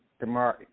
tomorrow